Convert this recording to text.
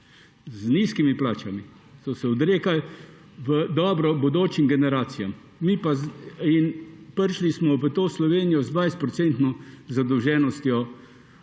z nizkimi plačami so se odrekali v dobro bodočim generacijam in prišli smo v to Slovenijo z 20-procentno